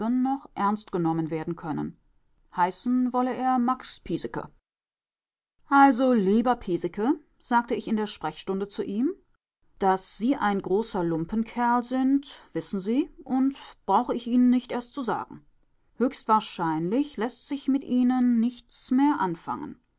noch ernst genommen werden können heißen wolle er max piesecke also lieber piesecke sagte ich in der sprechstunde zu ihm daß sie ein großer lumpenkerl sind wissen sie und brauche ich ihnen nicht erst zu sagen höchstwahrscheinlich läßt sich mit ihnen nichts mehr anfangen